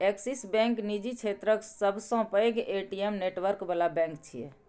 Axis bank निजी क्षेत्रक सबसं पैघ ए.टी.एम नेटवर्क बला बैंक छियै